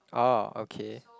oh okay